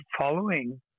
following